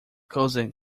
cousin